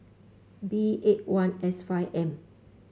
B eight one S five M